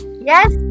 Yes